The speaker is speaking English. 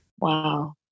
Wow